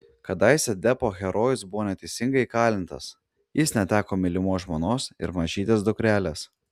kadaise deppo herojus buvo neteisingai įkalintas jis neteko mylimos žmonos ir mažytės dukrelės